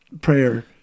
prayer